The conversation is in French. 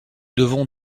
devons